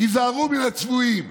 "היזהרו מן הצבועים".